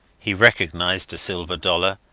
he recognized a silver dollar,